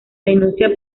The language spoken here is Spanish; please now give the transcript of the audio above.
denuncia